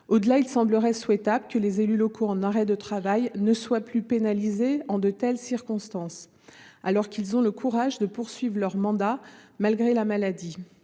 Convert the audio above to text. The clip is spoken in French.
De plus, il semblerait souhaitable que les élus locaux en arrêt de travail ne soient plus pénalisés dans de telles circonstances, alors qu'ils ont le courage de poursuivre leur mandat malgré la maladie.